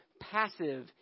passive